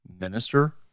minister